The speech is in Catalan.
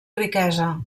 riquesa